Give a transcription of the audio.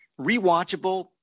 rewatchable